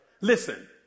Listen